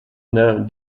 known